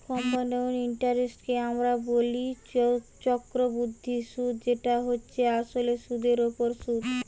compound ইন্টারেস্টকে আমরা বলি চক্রবৃদ্ধি সুধ যেটা হচ্ছে আসলে সুধের ওপর সুধ